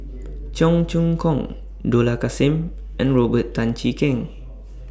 Cheong Choong Kong Dollah Kassim and Robert Tan Jee Keng